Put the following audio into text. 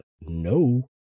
no